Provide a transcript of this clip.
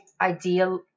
ideal